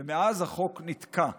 ומאז החוק נתקע.